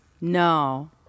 No